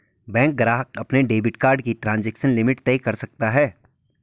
bank ग्राहक अपने debit card की ट्रांज़ैक्शन लिमिट तय कर सकता है